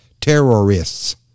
Terrorists